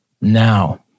now